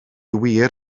wir